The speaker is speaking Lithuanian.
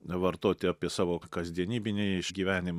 vartoti apie savo kasdienyjinį išgyvenimą